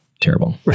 terrible